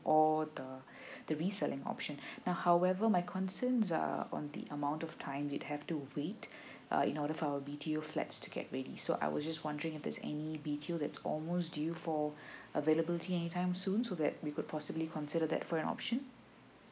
or the the reselling option uh however my concerns are on the amount of time we have to wait uh in order for our B_T_O flats to get ready so I was just wondering if there's any retail that's almost due for availability anytime soon so that we could possibly consider that for an option